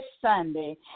Sunday